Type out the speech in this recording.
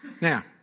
Now